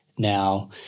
Now